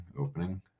opening